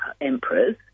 emperors